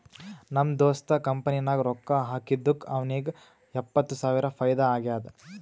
ನಮ್ ದೋಸ್ತ್ ಕಂಪನಿ ನಾಗ್ ರೊಕ್ಕಾ ಹಾಕಿದ್ದುಕ್ ಅವ್ನಿಗ ಎಪ್ಪತ್ತ್ ಸಾವಿರ ಫೈದಾ ಆಗ್ಯಾದ್